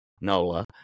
NOLA